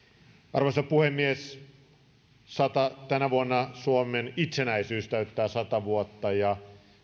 arvoisa puhemies tänä vuonna suomen itsenäisyys täyttää sata vuotta ja